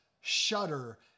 shudder